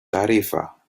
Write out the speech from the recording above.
tarifa